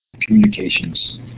communications